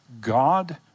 God